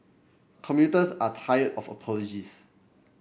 commuters are tired of apologies